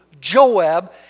Joab